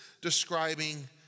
describing